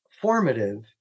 formative